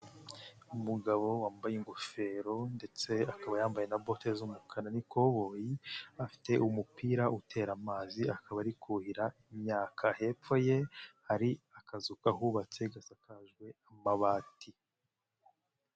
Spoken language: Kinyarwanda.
Umugabo wambaye ingofero ndetse akaba yambaye na bote z'umukara n'ikoboyi, afite umupira utera amazi akaba ari kuhira imyaka, hepfo ye hari akazu kahubatse gasakajwe amabati.